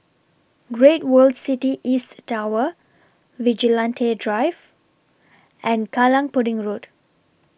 Great World City East Tower Vigilante Drive and Kallang Pudding Road